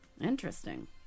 Interesting